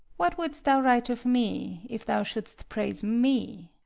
what wouldst thou write of me, if thou shouldst praise me?